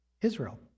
Israel